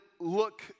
look